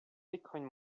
bitcoin